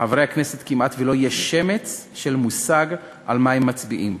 לחברי הכנסת לא יהיה כמעט שמץ של מושג על מה הם מצביעים,